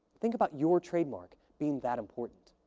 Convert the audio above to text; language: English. think about your trademark being that important.